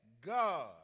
God